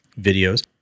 videos